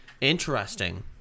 interesting